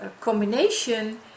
combination